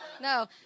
No